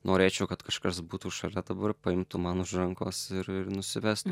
norėčiau kad kažkas būtų šalia dabar paimtų man už rankos ir ir nusivestų